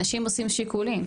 אנשים עושים שיקולים.